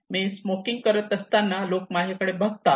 मी smoking करत असताना लोक माझ्याकडे बघतात